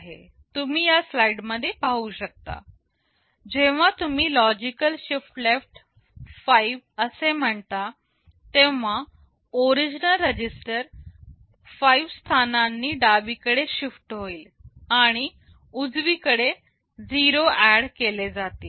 जेव्हा तुम्ही logical shift left 5 असे म्हणता तेव्हा ओरिजिनल रजिस्टर 5 स्थानांनी डावीकडे शिफ्ट होईल आणि उजवीकडे 0 ऍड केले जातील